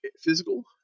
physical